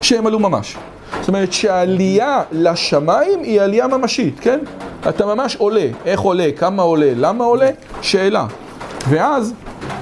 שהם עלו ממש, זאת אומרת שהעלייה לשמיים היא עלייה ממשית, אתה ממש עולה, איך עולה, כמה עולה, למה עולה, שאלה, ואז